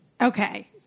Okay